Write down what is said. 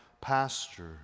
pasture